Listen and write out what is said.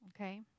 Okay